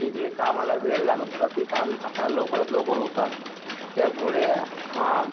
की जे कामाला वेळ लागत होता ते काम आता लवकरात लवकर होतात त्यामुळे हा